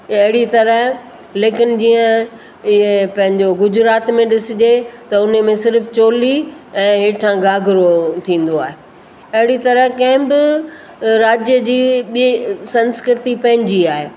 अहिड़ी तरह लेकिन जीअं इएं पंहिंजो गुजरात में ॾिसिजे त उन में सिर्फ़ु चोली ऐं हेठां घाघरो थींदो आहे अहिड़ी तरह कंहिं बि राज्य जी ॾी सांस्कृति पंहिंजी आहे